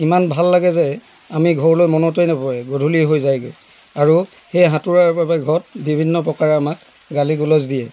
ইমান ভাল লাগে যে আমি ঘৰলৈ মনতেই নপৰে গধূলি হৈ যায়গৈ আৰু সেই সাঁতোৰাৰ বাবে ঘৰত বিভিন্ন প্ৰকাৰে আমাক গালি গালাজ দিয়ে